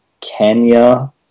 Kenya